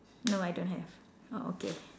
no I don't have oh okay